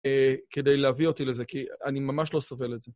כדי להביא אותי לזה, כי אני ממש לא סובל את זה.